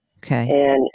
Okay